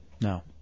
No